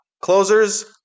Closers